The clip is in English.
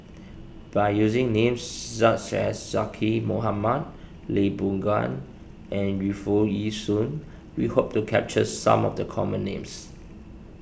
by using names such as Zaqy Mohamad Lee Boon Ngan and Yu Foo Yee Shoon we hope to capture some of the common names